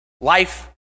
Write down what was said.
Life